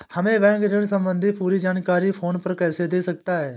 हमें बैंक ऋण संबंधी पूरी जानकारी फोन पर कैसे दे सकता है?